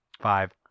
five